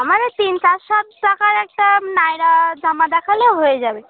আমারে তিন চার শত টাকায় একটা নায়রা জামা দেখালে হয়ে যাবে